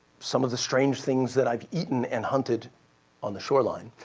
some of the strange things that i've eaten and hunted on the shoreline.